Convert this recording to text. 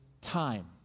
time